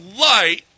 light